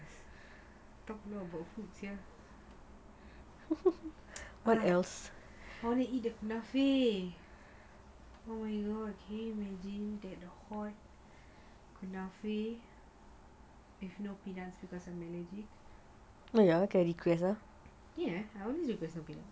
talking about food sia I want to eat the muffin oh my god if no peanut if can you imagine that a hot muffin is melting yes I only request topping